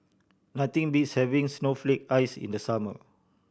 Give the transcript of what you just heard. nothing beats having snowflake ice in the summer